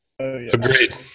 Agreed